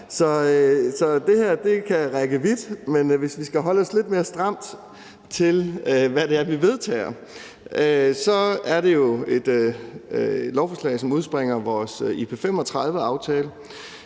Så det her kan række vidt, men hvis vi skal holde os lidt mere stramt til, hvad det er, vi vedtager, så er det jo et lovforslag, som udspringer af vores IP35-aftale.